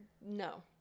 no